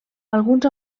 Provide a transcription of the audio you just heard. alguns